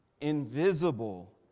Invisible